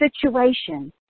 situation